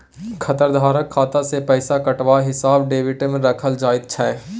खाताधारकक खाता सँ पैसा कटबाक हिसाब डेबिटमे राखल जाइत छै